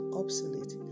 obsolete